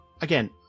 again